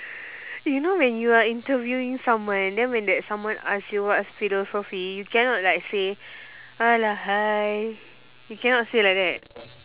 you know when you are interviewing someone then when that someone ask you what's philosophy you cannot like say !alah! !hais! you cannot say like that